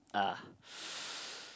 uh